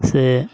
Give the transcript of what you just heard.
ᱥᱮ